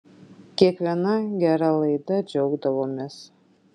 kiekviena gera laida džiaugdavomės